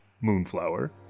moonflower